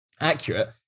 accurate